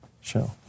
show